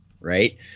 right